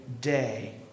day